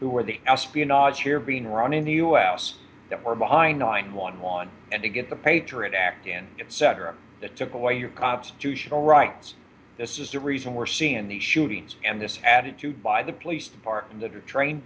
who are the espionage here being run in the us that were behind nine one one and to get the patriot act in etc that took away your constitutional rights this is the reason we're seeing these shootings and this attitude by the police department that are trained